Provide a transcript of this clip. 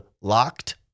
locked